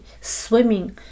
swimming